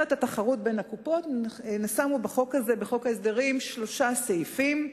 שמו בחוק ההסדרים שלושה סעיפים.